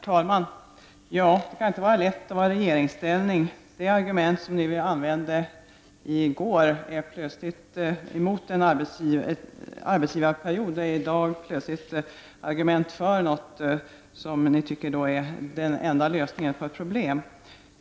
Herr talman! Det kan inte vara lätt att vara i regeringsställning. De argument som ni använde i går mot en arbetsgivarperiod är i dag plötsligt argument för något som ni tycker är den enda lösningen på ett problem.